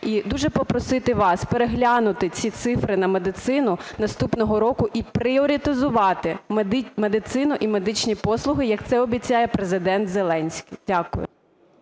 І дуже попросити вас переглянути ці цифри на медицину наступного року і пріоритезувати медицину і медичні послуги, як це обіцяє Президент Зеленський. Дякую.